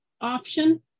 option